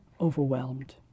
overwhelmed